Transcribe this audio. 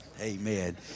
Amen